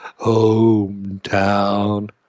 hometown